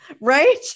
right